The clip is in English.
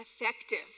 effective